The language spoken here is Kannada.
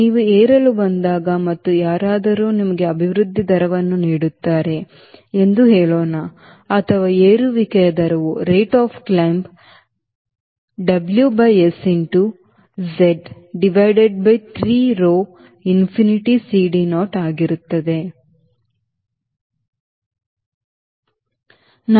ನೀವು ಏರಲು ಬಂದಾಗ ಮತ್ತು ಯಾರಾದರೂ ನಿಮಗೆ ಅಭಿವ್ಯಕ್ತಿ ದರವನ್ನು ನೀಡುತ್ತಾರೆ ಎಂದು ಹೇಳೋಣ ಅಥವಾ ಏರುವಿಕೆಯ ದರವು W by S into Z divided by 3 rho infinity CD naught